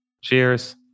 Cheers